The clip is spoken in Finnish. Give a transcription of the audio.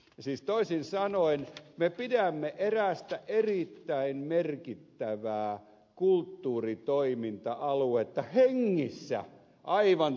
siis toisin sanoen me pidämme erästä erittäin merkittävää kulttuuritoiminta aluetta hengissä aivan toisin kuin ed